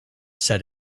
said